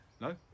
No